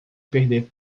perder